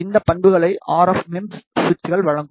இந்த பண்புகளை RF MEMS சுவிட்சுகள் வழங்கும்